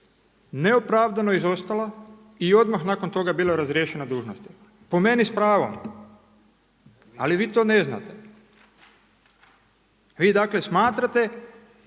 neopravdano izostala i odmah nakon toga bila je razriješena dužnosti. Po meni s pravom ali vi to ne znate. Vi dakle smatrate